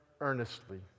earnestly